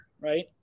right